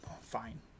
Fine